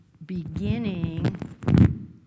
beginning